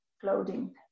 clothing